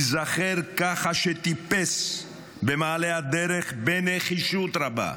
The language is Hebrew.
הוא ייזכר כאחד שטיפס במעלה הדרך בנחישות רבה.